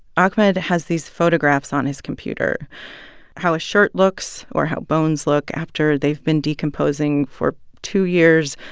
ahmed has these photographs on his computer how a shirt looks or how bones look after they've been decomposing for two years,